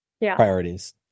priorities